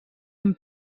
amb